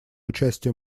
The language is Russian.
участию